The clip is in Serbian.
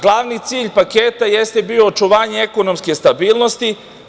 Glavni cilj paketa jeste bio očuvanje ekonomske stabilnosti.